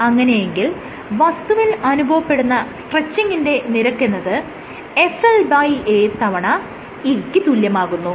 അങ്ങനെയെങ്കിൽ വസ്തുവിൽ അനുഭവപ്പെടുന്ന സ്ട്രെച്ചിങിന്റെ നിരക്കെന്നത് FLA തവണ E ക്ക് തുല്യമാകുന്നു